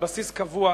על בסיס קבוע,